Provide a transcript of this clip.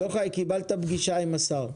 קיבלת פגישה עם השר.